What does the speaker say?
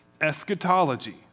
eschatology